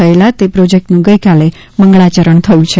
થયેલા તે પ્રોજેક્ટનું ગઇકાલે મંગળાચરણ થયું છે